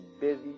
busy